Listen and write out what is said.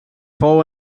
fou